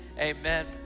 Amen